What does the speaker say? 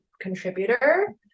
contributor